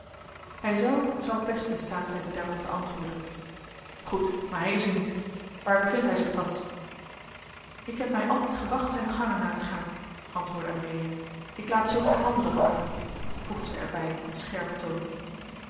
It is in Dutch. hij hijzelf zal best in staat zijn u daarop te antwoorden goed maar hij is hier niet waar bevindt hij zich thans ik heb mij altijd gewacht zijne gangen na te gaan antwoordde amelia ik laat zulks aan anderen over voegde zij er bij op een scherpen toon